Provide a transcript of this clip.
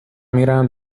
میرم